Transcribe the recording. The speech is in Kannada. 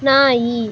ನಾಯಿ